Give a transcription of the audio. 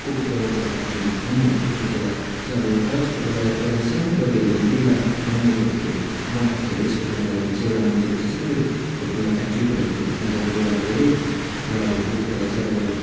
Coca कोलाको factory छ नि अब कोको कोला चाहिँ फर्स्ट एउटा अब एउटा सानोबाट झोपडीमा बनिएको थियो अरे बनाएको थियो अरे एक्सपेरिमेन्ट गर्दाखेरि चाहिँ एउटा मान्छेले चाहिँ सानोबाट झोपडीमा फ्याक्ट्री खोलेको थियो अरे अन्त उसले अब धेरै अन्त उसले अब धेरै त्यो अब कोको कोला चाहिँ अब